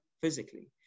physically